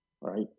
right